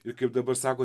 ir kaip dabar sako